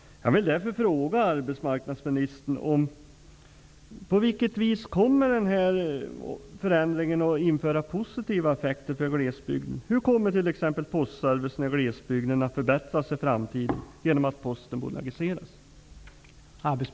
Jag vill därför fråga arbetsmarknadsministern: På vilket vis kommer den här förändringen att innebära positiva effekter för glesbygden? Hur kommer exempelvis postservicen i glesbygen att förbättras i framtiden genom att posten bolagiseras?